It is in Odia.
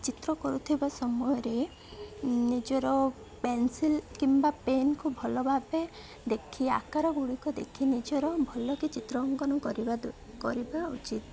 ଚିତ୍ର କରୁଥିବା ସମୟରେ ନିଜର ପେନସିଲ୍ କିମ୍ବା ପେନ୍କୁ ଭଲ ଭାବେ ଦେଖି ଆକାର ଗୁଡ଼ିକ ଦେଖି ନିଜର ଭଲକି ଚିତ୍ର ଅଙ୍କନ କରିବା କରିବା ଉଚିତ